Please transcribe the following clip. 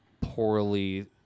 poorly